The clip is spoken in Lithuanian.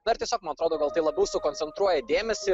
na ir tiesiog man atrodo gal tai labiau sukoncentruoja dėmesį